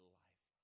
life